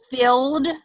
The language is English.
filled